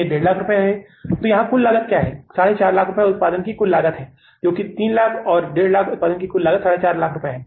यहाँ कुल लागत की कुल लागत क्या है 450000 उत्पादन की कुल लागत है जो कि 3 लाख है और 150000 उत्पादन की कुल लागत 450000 रुपये है